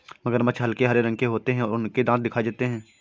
मगरमच्छ हल्के हरे रंग के होते हैं और उनके दांत दिखाई देते हैं